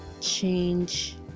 change